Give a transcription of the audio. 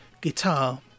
guitar